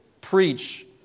preach